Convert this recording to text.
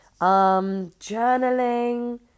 journaling